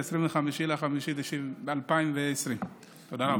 ב-25 במאי 2020. תודה רבה.